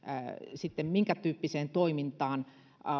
sitten minkätyyppiseen toimintaan